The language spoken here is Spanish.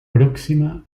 próxima